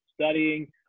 studying